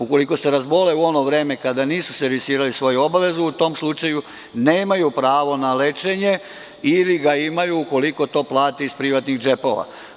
Ukoliko se razbole u ono vreme kada nisu servisirali svoje obaveze, u tom slučaju nemaju pravo na lečenje ili ga imaju ukoliko to plate iz privatnih džepova.